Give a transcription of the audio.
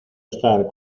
estar